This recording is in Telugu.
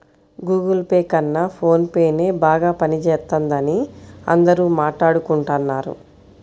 గుగుల్ పే కన్నా ఫోన్ పేనే బాగా పనిజేత్తందని అందరూ మాట్టాడుకుంటన్నారు